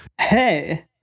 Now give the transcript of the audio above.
Hey